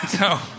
No